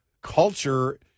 Culture